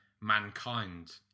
mankind